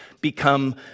become